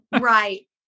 Right